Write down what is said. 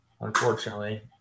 unfortunately